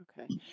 Okay